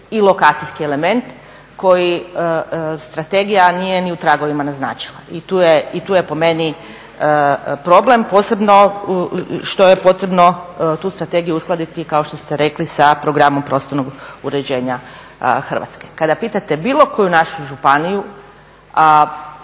i lokacijski element koji strategija nije ni u tragovima naznačila. I tu je po meni problem, posebno što je potrebno tu strategiju uskladiti kao što ste rekli sa programom prostornog uređenja Hrvatske. Kada pitate bilo koju našu županiju